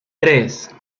tres